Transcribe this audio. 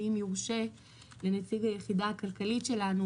ואם יורשה לנציג היחידה הכלכלית שלנו